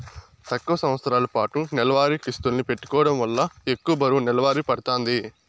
తక్కువ సంవస్తరాలపాటు నెలవారీ కిస్తుల్ని పెట్టుకోవడం వల్ల ఎక్కువ బరువు నెలవారీ పడతాంది